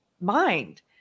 mind